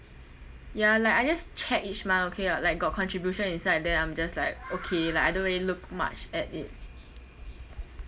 ya like I just check each month okay ah like got contribution inside then I'm just like okay like I don't really look much at it